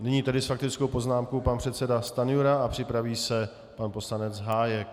Nyní tedy s faktickou poznámkou pan předseda Stanjura a připraví se pan poslanec Hájek.